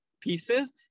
pieces